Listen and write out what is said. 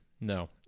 no